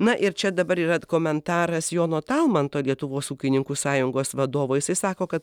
na ir čia dabar yra komentaras jono talmanto lietuvos ūkininkų sąjungos vadovo jisai sako kad